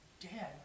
Dad